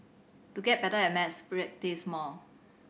to get better at maths practise more